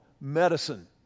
medicine